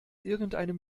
irgendeinem